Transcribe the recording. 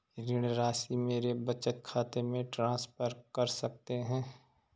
ऋण राशि मेरे बचत खाते में ट्रांसफर कर सकते हैं?